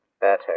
better